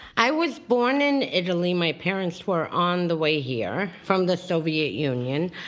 i was born in italy. my parents were on the way here from the soviet union,